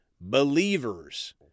believers